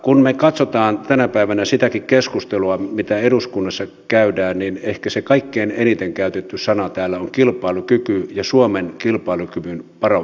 kun me katsomme tänä päivänä sitäkin keskustelua mitä eduskunnassa käydään niin ehkä ne kaikkein eniten käytetyt sanat täällä ovat kilpailukyky ja suomen kilpailukyvyn parantaminen